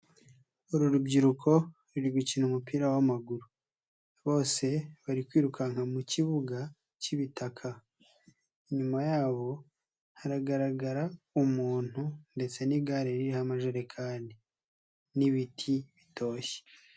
Uru rubyiruko ruri gukina umupira w'amaguru. Bose bari kwirukanka mu kibuga k'ibitaka. Inyuma yabo haragaragara umuntu ndetse n'igare ririho amajerekani, n'ibiti bitoshye.